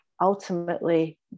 ultimately